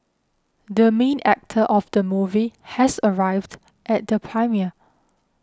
the main actor of the movie has arrived at the premiere